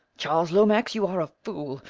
charles lomax you are a fool.